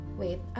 wait